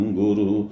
guru